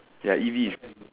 ya easy